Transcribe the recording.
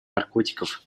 наркотиков